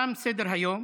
תם סדר-היום.